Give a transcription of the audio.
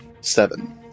seven